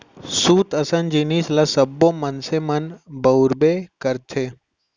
सूत असन जिनिस ल सब्बो मनसे मन बउरबे करथे